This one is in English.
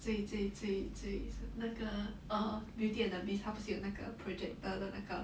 这这这这那个 orh beauty and the beast 他不是有那个 projector 的那个